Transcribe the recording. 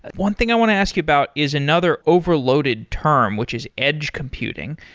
one thing i want to ask you about is another overloaded term, which is edge computing.